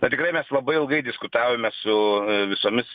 na tikrai mes labai ilgai diskutavome su visomis